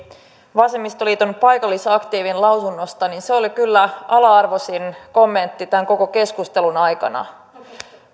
vasemmistoliiton paikallisaktiivin lausunnosta oli kyllä ala arvoisin kommentti tämän koko keskustelun aikana